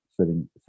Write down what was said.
sitting